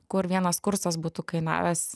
kur vienas kursas būtų kainavęs